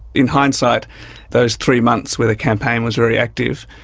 in hindsight those three months where the campaign was very active,